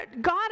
God